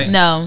no